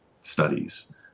studies